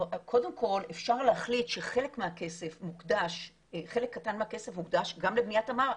קודם כל אפשר להחליט שחלק מהכסף מוקדש גם לבניית מערך.